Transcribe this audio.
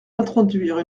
d’introduire